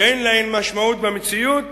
שאין להם משמעות במציאות,